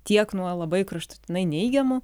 tiek nuo labai kraštutinai neigiamų